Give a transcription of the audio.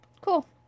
cool